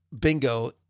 bingo